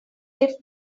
lift